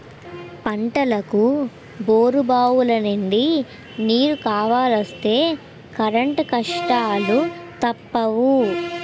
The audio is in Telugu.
పంటలకు బోరుబావులనుండి నీరు కావలిస్తే కరెంటు కష్టాలూ తప్పవు